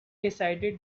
decided